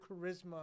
charisma